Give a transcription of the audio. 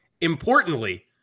Importantly